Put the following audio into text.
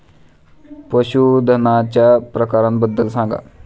पशूधनाच्या प्रकारांबद्दल सांगा